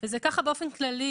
זה כך באופן כללי.